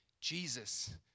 Jesus